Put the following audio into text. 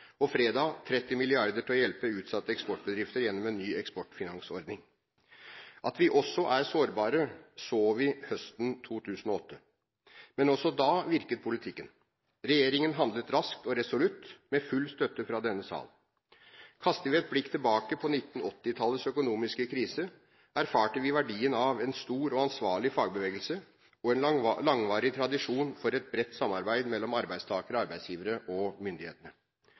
sist fredag, 30 mrd. kr for å hjelpe utsatte eksportbedrifter gjennom en ny eksportfinansordning. At vi også er sårbare, så vi høsten 2008. Men også da virket politikken. Regjeringen handlet raskt og resolutt, med full støtte fra denne sal. Kaster vi et blikk tilbake til 1980-tallets økonomiske krise, erfarte vi da verdien av en stor og ansvarlig fagbevegelse og en langvarig tradisjon for et bredt samarbeid mellom arbeidstakere, arbeidsgivere og myndighetene.